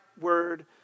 word